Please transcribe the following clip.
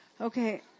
Okay